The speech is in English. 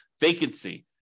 vacancy